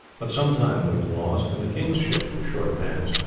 but some time would have been lost, and the king's ships were short of hands.